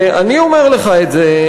ואני אומר לך את זה,